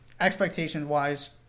Expectation-wise